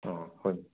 ꯑꯣ ꯍꯣꯏ